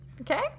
okay